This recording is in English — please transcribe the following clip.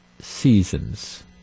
seasons